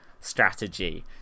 Strategy